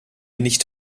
nicht